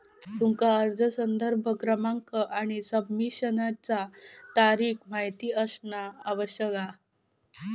तुमका अर्ज संदर्भ क्रमांक आणि सबमिशनचा तारीख माहित असणा आवश्यक असा